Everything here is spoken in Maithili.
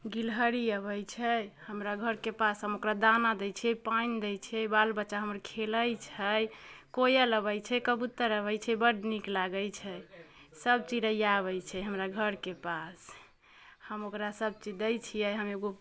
गिलहरी अबै छै हमरा घरके पास हम ओकरा दाना दै छियै पानि दै छियै बाल बच्चा हमर खेलै छै कोयल अबै छै कबूतर अबै छै बड़्ड नीक लागे छै सब चिड़ैया आबै छै हमरा घरके पास हम ओकरा सब चीज दै छियै हम एगो